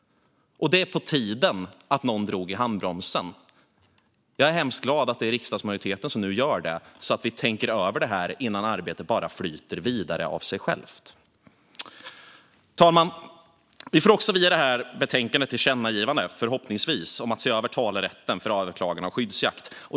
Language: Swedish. Det är på tiden att någon drar i handbromsen; jag är hemskt glad att riksdagsmajoriteten nu gör det, så att vi tänker över det här innan arbetet bara flyter vidare av sig självt. Fru talman! Vi får via detta betänkande förhoppningsvis också ett tillkännagivande om att se över talerätten för överklagande av skyddsjakt.